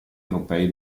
europei